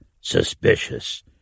suspicious